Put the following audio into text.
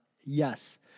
Yes